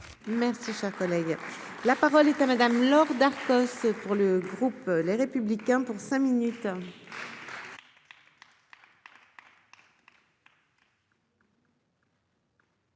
Merci, cher collègue, la parole est à Madame Laure Darcos ce pour le groupe Les Républicains pour cinq minutes.